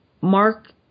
Mark